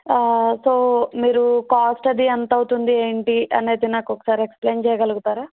so మీరు cost అది ఎంత అవుతుంది ఏంటి అని అయితే నాకు ఒకసారి ఎక్స్ప్లెయిన్ చేయగలుగుతారా